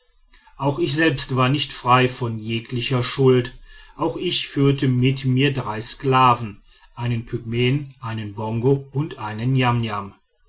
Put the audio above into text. auch ich selbst war nicht frei von jeglicher schuld auch ich führte mit mir drei sklaven einen pygmäen einen bongo und einen niamniam